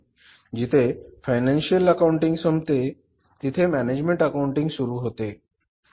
जिथे financial accounting संपते तिथे मॅनेजमेंट अकाउंटिंग सुरू होते